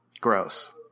gross